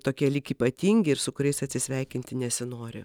tokie lyg ypatingi ir su kuriais atsisveikinti nesinori